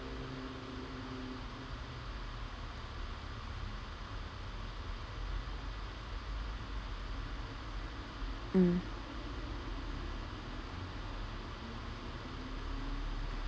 mm